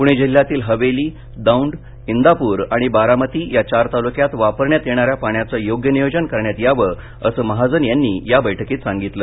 पूणे जिल्ह्यातील हवेली दौड इंदापूर आणि बारामती या चार तालुक्यात वापरण्यात येणाऱ्या पाण्याचं योग्य नियोजन करण्यात यावं असं महाजन यांनी या बैठकीत सांगितलं